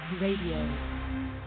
Radio